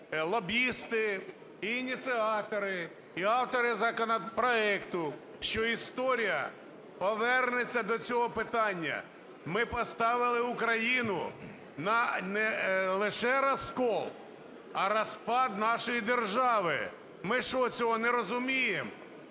лобісти, і ініціатори, і автори законопроекту, що історія повернеться до цього питання. Ми поставили Україну на не лише розкол, а розпад нашої держави. Ми що, цього не розуміємо?